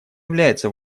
является